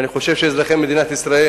אני חושב שבתקופת הקיץ אזרחי מדינת ישראל